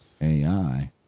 AI